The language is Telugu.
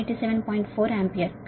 4 ఆంపియర్